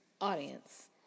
audience